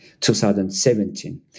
2017